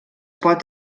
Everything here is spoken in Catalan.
pot